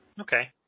okay